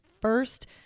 first